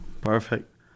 Perfect